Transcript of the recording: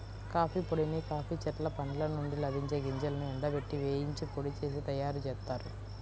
coffee పొడిని coffee చెట్ల పండ్ల నుండి లభించే గింజలను ఎండబెట్టి, వేయించి పొడి చేసి తయ్యారుజేత్తారు